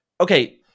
Okay